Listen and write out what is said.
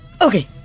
Okay